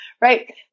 Right